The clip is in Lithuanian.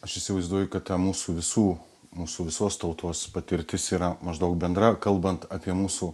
aš įsivaizduoju kad ta mūsų visų mūsų visos tautos patirtis yra maždaug bendra kalbant apie mūsų